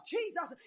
Jesus